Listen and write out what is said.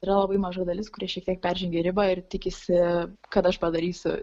yra labai maža dalis kuri šitiek peržengia ribą ir tikisi kad aš padarysiu